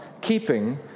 keeping